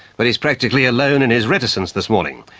but he's practically alone in his reticence this morning.